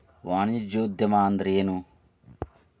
ವಾಣಿಜ್ಯೊದ್ಯಮಾ ಅಂದ್ರೇನು?